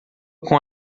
com